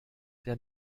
der